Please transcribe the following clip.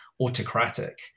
autocratic